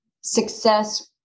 success